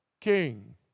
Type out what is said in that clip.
king